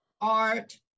art